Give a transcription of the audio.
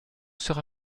sera